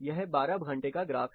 यह 12 घंटे का ग्राफ है